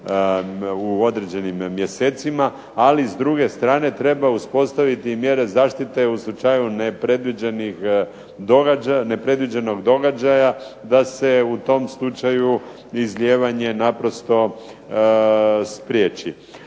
u određenim mjesecima, ali s druge strane treba uspostaviti mjere zaštite u slučaju nepredviđenih događaja, da se u tom slučaju izlijevanje naprosto spriječi.